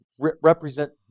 represent